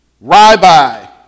Rabbi